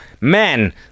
Man